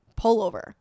pullover